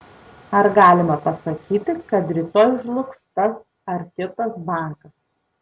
ar galima pasakyti kad rytoj žlugs tas ar kitas bankas